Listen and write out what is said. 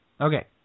Okay